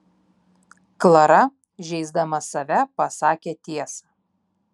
klara žeisdama save pasakė tiesą